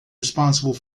responsible